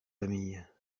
famille